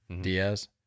Diaz